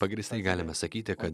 pagrįstai galime sakyti kad